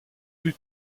plus